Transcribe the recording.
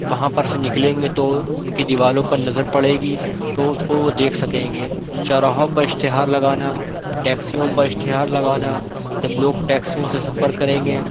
وہاں پر سے نکلیں گے تو ان کی دیواروں پر نظر پڑے گی تو اس کو وہ دیکھ سکیں گے چوراہوں پر اشتہار لگانا ٹیکسیوں پر اشتہار لگانا جب لوگ ٹیکسیوں سے سفر کریں گے